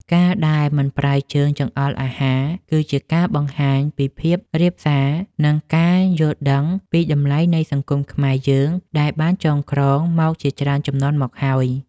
ការដែលមិនប្រើជើងចង្អុលអាហារគឺជាការបង្ហាញពីភាពរាបសារ និង ការយល់ដឹងពីតម្លៃនៃសង្គមខ្មែរយើងដែលបានចងក្រងមកជាច្រើនជំនាន់មកហើយ។